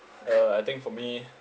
and uh I think for me